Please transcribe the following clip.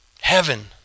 Heaven